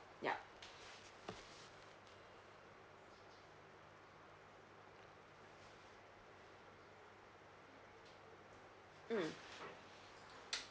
yup mm